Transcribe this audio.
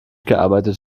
gearbeitet